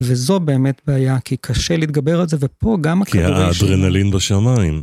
וזו באמת בעיה, כי קשה להתגבר על זה, ופה גם הכדורי שינ... כי האדרנלין בשמיים.